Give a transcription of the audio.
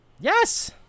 Yes